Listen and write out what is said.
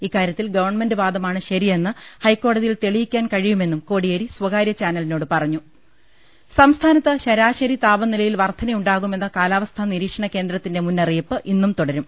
ഇക്കാര്യത്തിൽ ഗവൺമെന്റ് വാദമാണ് ശരി യെന്ന് ഹൈക്കോടതിയിൽ തെളിയിക്കാൻ കഴിയുമെന്നും കോടി യേരി സ്വകാര്യ ചാനലിനോട് പറഞ്ഞു സംസ്ഥാനത്ത് ശരാശരി താപനിലയിൽ വർധനയുണ്ടാകു മെന്ന കാലാവസ്ഥാ നിരീക്ഷണകേന്ദ്രത്തിന്റെ മുന്നറിയിപ്പ് ഇന്നും തുടരും